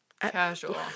Casual